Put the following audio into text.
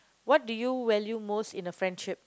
what do you value most in a friendship